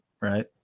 right